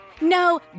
No